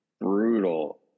brutal